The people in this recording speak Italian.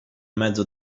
mezzo